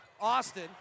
Austin